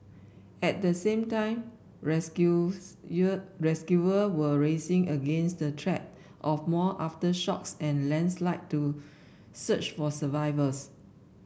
at the same time rescuers rescuer were racing against the threat of more aftershocks and landslides to search for survivors